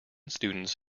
students